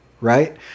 Right